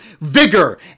vigor